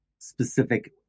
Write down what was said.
specific